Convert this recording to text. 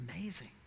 Amazing